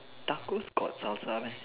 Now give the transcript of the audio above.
tacos got Salsa meh